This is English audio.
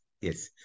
Yes